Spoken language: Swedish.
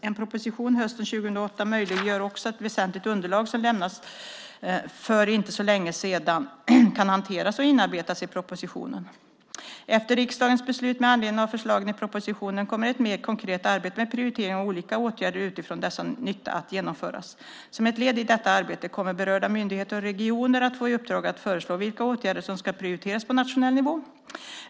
En proposition hösten 2008 möjliggör också att väsentligt underlag som lämnats för inte så länge sedan - Stockholmsförhandlingen från Carl Cederschiöld och Koll framåt från Banverket och Vägverket - kan hanteras och inarbetas i propositionen. Efter riksdagens beslut med anledning av förslagen i propositionen kommer ett mer konkret arbete med prioritering av olika åtgärder utifrån deras nytta att genomföras. Som ett led i detta arbete kommer berörda myndigheter och regioner - länsstyrelser, kommunala samverkansorgan och självstyrelseorgan - att få i uppdrag att föreslå vilka åtgärder som ska prioriteras på nationell nivå.